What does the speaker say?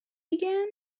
began